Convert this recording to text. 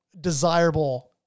desirable